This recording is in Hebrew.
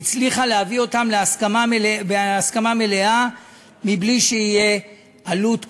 הצליחה להביא אותם להסכמה מלאה מבלי שתהיה עלות כלשהי.